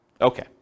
Okay